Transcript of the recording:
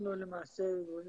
אנחנו למעשה רואים